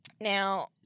Now